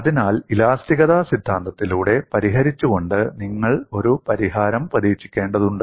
അതിനാൽ ഇലാസ്തികത സിദ്ധാന്തത്തിലൂടെ പരിഹരിച്ചുകൊണ്ട് നിങ്ങൾ ഒരു പരിഹാരം പ്രതീക്ഷിക്കേണ്ടതുണ്ട്